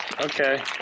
okay